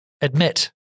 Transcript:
admit